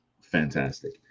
fantastic